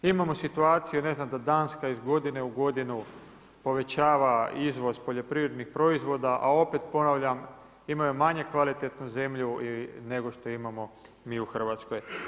Imamo situaciju ne znam da Danska iz godine u godinu povećava izvoz poljoprivrednih proizvoda a opet ponavljam imaju manje kvalitetnu zemlju nego što imamo mi u Hrvatskoj.